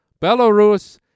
Belarus